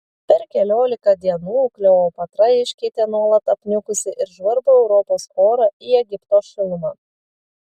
per keliolika dienų kleopatra iškeitė nuolat apniukusį ir žvarbų europos orą į egipto šilumą